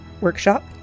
workshop